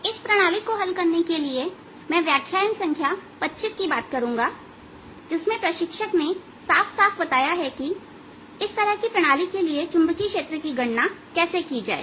इस प्रणाली को हल करने के लिए मैं व्याख्यान संख्या 25 के बारे में बात करूंगा जिसमें प्रशिक्षक ने साफ साफ बताया है कि इस तरह की प्रणाली के लिए चुंबकीय क्षेत्र की गणना कैसे की जाए